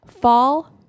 fall